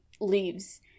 leaves